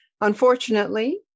unfortunately